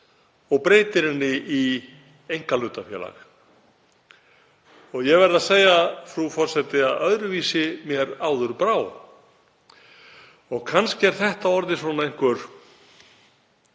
og breytir henni í einkahlutafélag. Ég verð að segja, frú forseti, að öðruvísi mér áður brá. Kannski er þetta orðin einhver